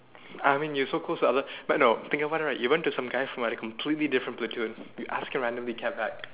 I mean you so close to other but no think about it right you went to some guy from a completely different platoon you ask him randomly cab back